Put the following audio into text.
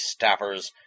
staffers